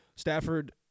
Stafford